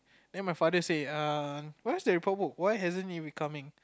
then my father say err where's the report book why hasn't it be coming